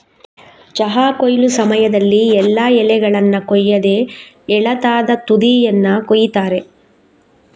ಚಹಾ ಕೊಯ್ಲು ಸಮಯದಲ್ಲಿ ಎಲ್ಲಾ ಎಲೆಗಳನ್ನ ಕೊಯ್ಯದೆ ಎಳತಾದ ತುದಿಯನ್ನ ಕೊಯಿತಾರೆ